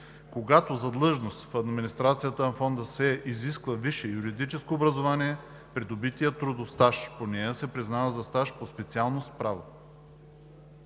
Когато за длъжност в администрацията на фонда се изисква висше юридическо образование, придобитият трудов стаж по нея се признава за стаж по специалност „Право“.“